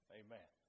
amen